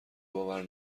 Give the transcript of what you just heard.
باور